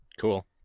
cool